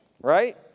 right